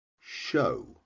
show